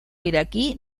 iraquí